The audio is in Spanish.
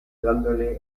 dándole